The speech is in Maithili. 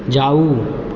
जाउ